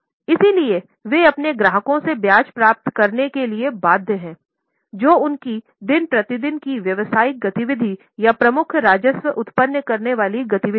इसलिए वे अपने ग्राहकों से ब्याज प्राप्त करने के लिए बाध्य हैं जो उनकी दिन प्रतिदिन की व्यावसायिक गति विधि या प्रमुख राजस्व उत्पन्न करने वाली गति विधि हैं